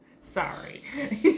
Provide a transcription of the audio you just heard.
Sorry